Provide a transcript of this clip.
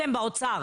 אתם, באוצר.